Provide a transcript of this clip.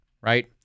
right